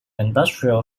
industrial